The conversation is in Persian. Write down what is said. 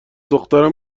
دخترم